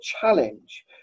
challenge